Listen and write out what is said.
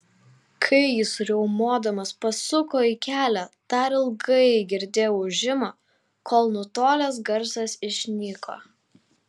kai jis riaumodamas pasuko į kelią dar ilgai girdėjau ūžimą kol nutolęs garsas išnyko